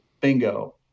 bingo